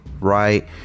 right